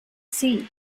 sea